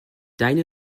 deine